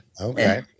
Okay